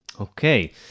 Okay